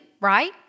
right